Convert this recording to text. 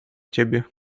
ciebie